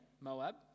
Moab